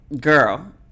girl